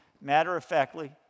Matter-of-factly